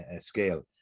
scale